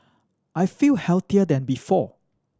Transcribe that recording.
I feel healthier than before